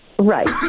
right